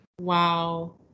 Wow